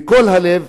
מכל הלב,